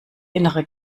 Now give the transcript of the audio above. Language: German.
innere